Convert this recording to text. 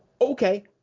Okay